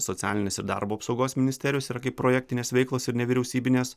socialinės ir darbo apsaugos ministerijos yra kaip projektinės veiklos ir nevyriausybinės